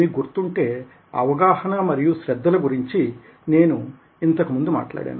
మీకు గుర్తుంటే అవగాహన మరియు శ్రద్ద ల గురించి నేను ఇంతకు ముందు మాట్లాడాను